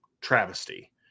travesty